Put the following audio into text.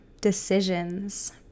decisions